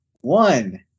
one